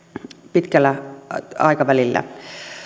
pitkällä aikavälillä